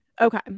Okay